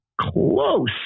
close